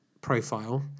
profile